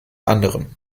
anderen